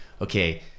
Okay